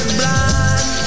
blind